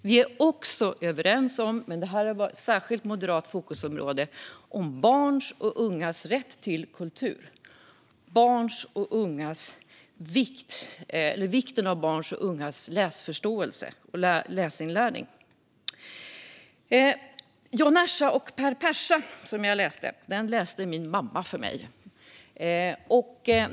Vi är också överens om ett område som har varit ett moderat fokusområde, nämligen barns och ungas rätt till kultur. Det handlar om vikten av barns och ungas läsförståelse och läsinlärning. Min mamma läste Jan Ersa och Per Persa för mig.